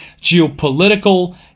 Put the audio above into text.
geopolitical